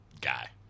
guy